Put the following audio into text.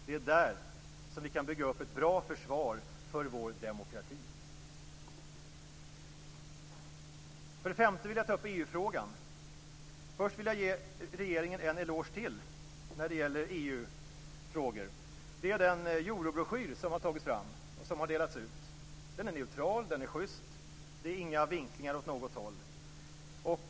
Det är där som vi kan bygga upp ett bra försvar för vår demokrati. För det femte vill jag ta upp detta med EU. Först vill jag ge regeringen en eloge till när det gäller EU frågor. Det gäller då den eurobroschyr som har tagits fram och som har delats ut. Den är neutral och schyst, utan vinklingar åt något håll.